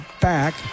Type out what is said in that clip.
back